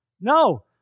no